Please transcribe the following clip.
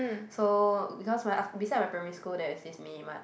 so because my after beside my primary school there is this mini mart